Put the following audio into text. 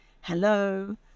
hello